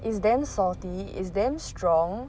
is damn salty is damn strong